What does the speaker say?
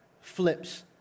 flips